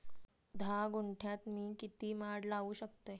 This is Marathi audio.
धा गुंठयात मी किती माड लावू शकतय?